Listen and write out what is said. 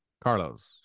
Carlos